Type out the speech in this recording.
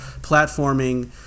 platforming